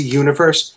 universe